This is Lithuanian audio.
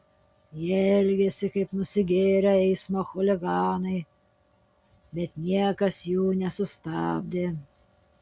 jie elgėsi kaip nusigėrę eismo chuliganai bet niekas jų nesustabdė